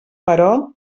però